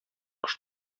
кош